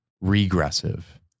regressive